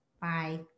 Bye